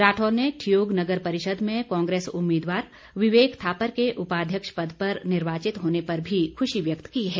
राठौर ने ठियोग नगर परिषद में कांग्रेस उम्मीदवार विवेक थापर के उपाध्यक्ष पद पर निर्वाचित होने पर भी खुशी व्यक्त की है